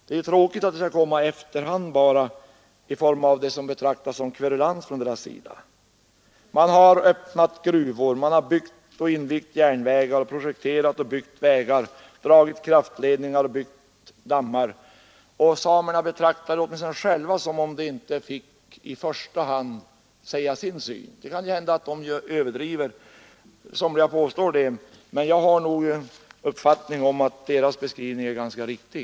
Det är tråkigt att det bara skall komma i efterhand och då i form av vad man kallar kverulans. Man har öppnat gruvor, byggt och invigt järnvägar, projekterat och byggt vägar, dragit kraftledningar och byggt dammar, och samerna anser själva att de inte får vara med från början och ge sin syn på saken. Det kan hända, som somliga påstår, att de överdriver, men jag har den uppfattningen att deras beskrivning är ganska riktig.